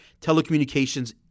telecommunications